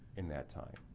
in that time.